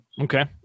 Okay